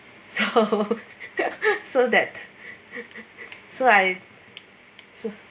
so so that so I so